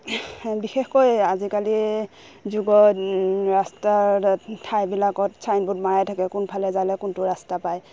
বিশেষকৈ আজিকালি যুগত ৰাস্তাৰ ঠাইবিলাকত চাইনবোৰ্ড মাৰাই থাকে কোনফালে যালে কোনটো ৰাস্তা পায়